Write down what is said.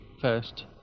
first